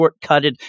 shortcutted